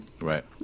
Right